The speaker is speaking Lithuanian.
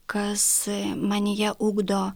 kas manyje ugdo